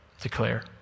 declare